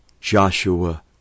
Joshua